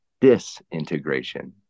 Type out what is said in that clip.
disintegration